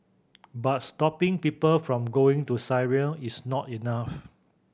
but stopping people from going to Syria is not enough